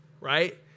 right